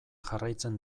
jarraitzen